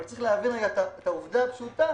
אבל צריך להבין את העובדה הפשוטה,